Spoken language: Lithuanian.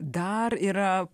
dar yra